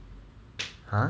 !huh!